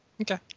Okay